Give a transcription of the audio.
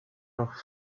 noch